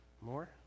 more